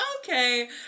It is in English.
okay